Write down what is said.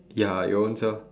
ya your own self